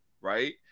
right